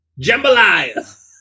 Jambalaya